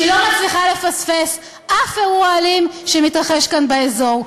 שהיא לא מצליחה לפספס אף אירוע אלים שמתרחש כאן באזור.